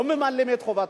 ואנחנו לא ממלאים את חובתנו,